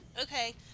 Okay